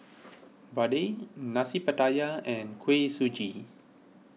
Vadai Nasi Pattaya and Kuih Suji